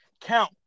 count